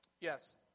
Yes